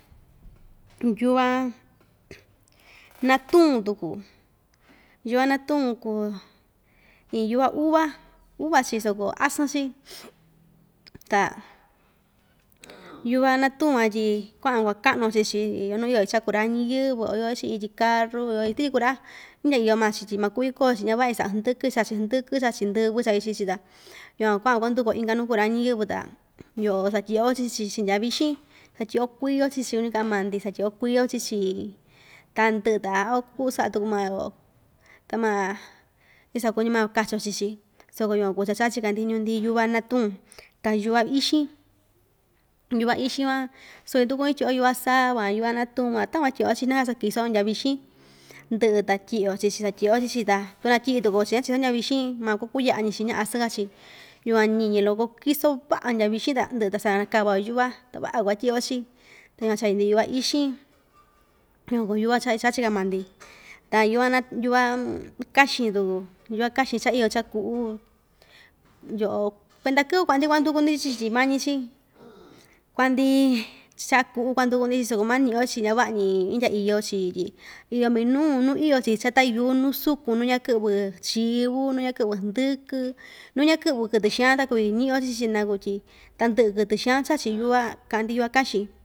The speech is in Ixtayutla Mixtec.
Yuva natuun tuku yuva natuun kuu iin yuva uva uva‑chi soko asɨn‑chi ta yuva natun van tyi kuaꞌan‑yo kua‑kaꞌnu‑yo chiichi iyo nuu iyo chi chaꞌa kuraa ñiyɨvɨ a iyo‑chi ityi karu o iyo‑chi tichi kura indya iyo maa‑chi tyi makuvi koo‑chi ñavaꞌa‑ñi saꞌa ndɨkɨ chachi ndɨkɨ chachi ndɨvɨ chai chii‑chi ta yukuan kuaꞌa‑yo kuanduku‑yo inka nuu kuraa ñiyɨvɨ ta satyiꞌyo chii‑chi chiꞌin ndyavixin satyiꞌi‑yo kui‑yo chii‑chi tukuñu kaꞌan maa‑ndi satyiꞌyo kui‑yo chii‑chi tandɨꞌɨ ta a kuu saꞌa tuku maa‑yo ta maa iso kuñi maa‑yo kachio chii‑chi soko yukuan kuu cha chachika‑ndi ñuu‑ndi yuva natuun ta yuva ixin yuva ixin van suuñi tukuñu tyiꞌyo yuva saa‑va yuva natuun van takuan satyiꞌyo‑chi xiꞌna‑ka sakiso‑yo ndutya vixin ndɨꞌɨ ta tyiꞌi‑yo chii‑chi satyiꞌyo chii‑chi ta tuu naa tyiꞌi tuku yoo chii ñatyiꞌi‑yo ndutya vixin maa kuakuu yaꞌa‑ñi‑chi ñaa asɨn kaa‑chi yukuan ñiñi loko kiso vaꞌa ndyavixin ta ndɨꞌɨ ta sakanakava‑yo yuva ta vaꞌa kuatyiꞌyo chi ta yukuan chai‑ndi yuva ixin yukuan kuu yuva cha‑chachi kaa maa‑ndi ta yuva naa yuva kaxɨn tuku yuva kaxɨn cha iyo chaꞌa kuꞌu yoꞌo kuenda kɨvɨ kuaꞌa‑ndi kuanaa nduku‑ndi chichi mañi‑chi kuaꞌa‑ndi chaa kuꞌu kuaduku‑ndi chii‑chi suu mañiꞌi‑yo chiichi ñavaꞌañi indya iyo‑chi tyi iyo minuu nuu iyo‑chi nuu sukun nuu naa kɨꞌvi chiu nuu ñakɨꞌvɨ ndɨkɨ nuu ñaa kiꞌvi kɨtɨ xaan ta kuvi ñiꞌi‑yo chii‑chi naku tyi tandɨꞌɨ kɨtɨ xann- chachi yuva kaꞌa‑ndi yuva kaxin.